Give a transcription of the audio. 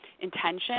intention